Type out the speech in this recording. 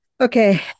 Okay